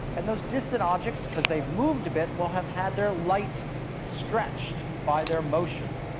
and those distant objects, because they've moved a bit, will have had their light stretched by their motion.